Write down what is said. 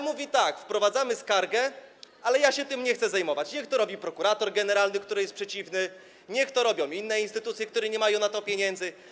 Mówi tak: wprowadzamy skargę, ale ja się tym nie chcę zajmować, niech to robi prokurator generalny, który jest przeciwny, niech to robią inne instytucje, które nie mają na to pieniędzy.